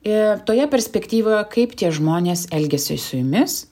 ir toje perspektyvoje kaip tie žmonės elgiasi su jumis